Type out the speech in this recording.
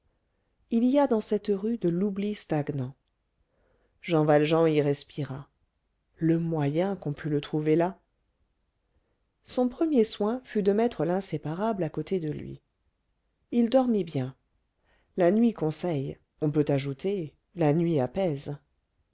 il y a dans cette rue de l'oubli stagnant jean valjean y respira le moyen qu'on pût le trouver là son premier soin fut de mettre l'inséparable à côté de lui il dormit bien la nuit conseille on peut ajouter la nuit apaise